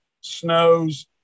snows